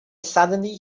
suddenly